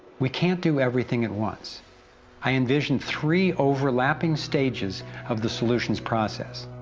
we can't do everything at once i envisioned three overlapping stages of the solutions process.